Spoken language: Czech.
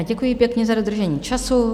Děkuji pěkně za dodržení času.